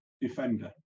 defender